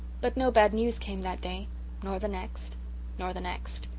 but no bad news came that day nor the next nor the next.